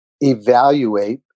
evaluate